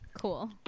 Cool